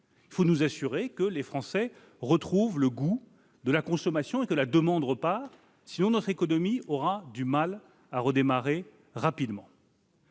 Il faut nous assurer que les Français retrouvent le goût de la consommation et que la demande reparte ; sinon, notre économie aura du mal à redémarrer rapidement.